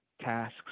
tasks